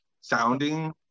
sounding